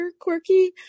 quirky